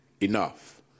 enough